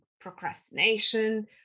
Procrastination